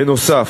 בנוסף,